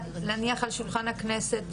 להניח על שולחן הכנסת,